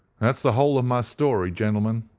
that's the whole of my story, gentlemen.